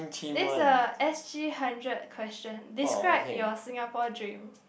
this a s_g hundred question describe your Singapore dream